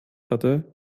hatte